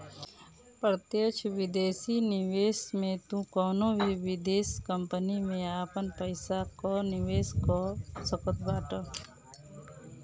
प्रत्यक्ष विदेशी निवेश में तू कवनो भी विदेश कंपनी में आपन पईसा कअ निवेश कअ सकत बाटअ